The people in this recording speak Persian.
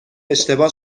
اشتباه